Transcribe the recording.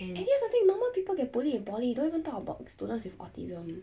and here's the thing normal people get bullied in poly don't even talk about students with autism